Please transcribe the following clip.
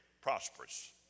prosperous